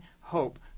hope